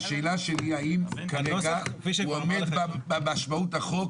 השאלה שלי האם כרגע הוא עומד במשמעות החוק?